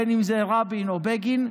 בין שזה רבין ובין שזה בגין,